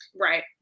right